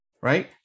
right